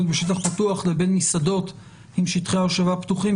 בשטח פתוח לבין מסעדות עם שטחי הושבה פתוחים,